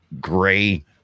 gray